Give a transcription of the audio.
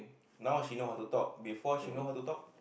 now she know how to talk before she know how to talk